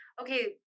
okay